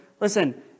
listen